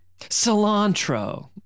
Cilantro